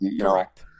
Correct